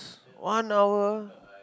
one hour